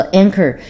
anchor